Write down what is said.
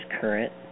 current